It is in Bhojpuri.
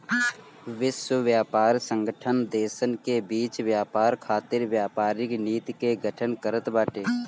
विश्व व्यापार संगठन देसन के बीच व्यापार खातिर व्यापारिक नीति के गठन करत बाटे